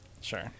sure